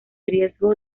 riesgo